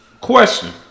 Question